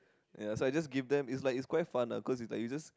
ya so I just give them it's like it's quite fun ah cause it's like you just